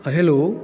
hello